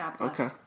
okay